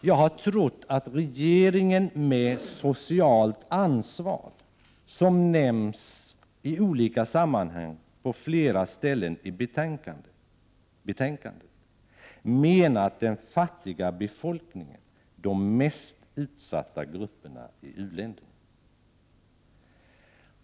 Jag har trott att regeringen med sitt tal om ”socialt ansvar” — som också nämns i olika sammanhang på flera ställen i betänkandet - har syftat på den fattiga befolkningen, de mest utsatta grupperna, i u-länderna.